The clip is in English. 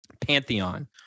pantheon